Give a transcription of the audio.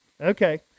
Okay